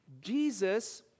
Jesus